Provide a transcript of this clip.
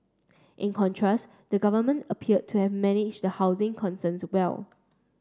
in contrast the government appeared to have managed the housing concerns well